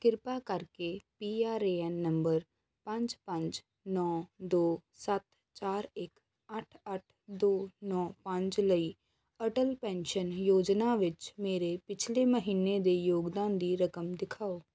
ਕਿਰਪਾ ਕਰਕੇ P R A N number ਪੰਜ ਪੰਜ ਨੌਂ ਦੋ ਸੱਤ ਚਾਰ ਇੱਕ ਅੱਠ ਅੱਠ ਦੋ ਨੌਂ ਪੰਜ ਲਈ ਅਟਲ ਪੈਨਸ਼ਨ ਯੋਜਨਾ ਵਿੱਚ ਮੇਰੇ ਪਿਛਲੇ ਮਹੀਨੇ ਦੇ ਯੋਗਦਾਨ ਦੀ ਰਕਮ ਦਿਖਾਓ